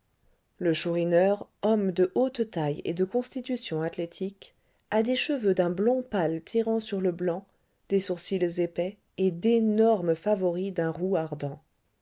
le chourineur homme de haute taille et de constitution athlétique a des cheveux d'un blond pâle tirant sur le blanc des sourcils épais et d'énormes favoris d'un roux